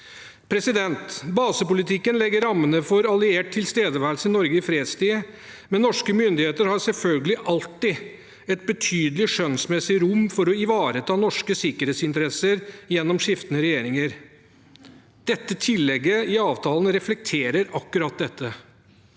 allierte. Basepolitikken legger rammene for alliert tilstedeværelse i Norge i fredstid, men norske myndigheter har selvfølgelig alltid et betydelig skjønnsmessig rom for å ivareta norske sikkerhetsinteresser gjennom skiftende regjeringer. Dette tillegget i avtalen reflekterer akkurat dette.